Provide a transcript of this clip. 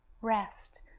rest